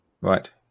Right